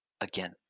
Again